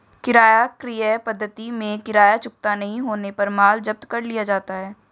किराया क्रय पद्धति में किराया चुकता नहीं होने पर माल जब्त कर लिया जाता है